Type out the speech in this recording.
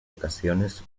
ocasiones